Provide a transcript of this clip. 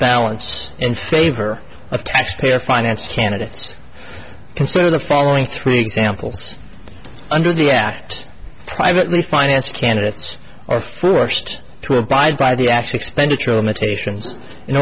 balance in favor of taxpayer financed candidates consider the following three examples under the act privately financed candidates are forced to abide by the actually expenditure limitations in